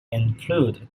include